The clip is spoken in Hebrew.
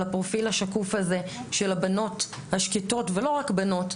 על הפרופיל ה"שקוף" הזה של הבנות השקטות ולא רק בנות,